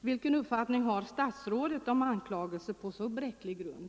Vilken uppfattning har statsrådet om anklagelser på så bräcklig grund?